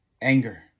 anger